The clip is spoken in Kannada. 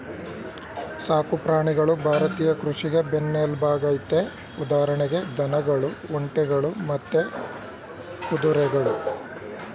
ಸಾಕು ಪ್ರಾಣಿಗಳು ಭಾರತೀಯ ಕೃಷಿಗೆ ಬೆನ್ನೆಲ್ಬಾಗಯ್ತೆ ಉದಾಹರಣೆಗೆ ದನಗಳು ಒಂಟೆಗಳು ಮತ್ತೆ ಕುದುರೆಗಳು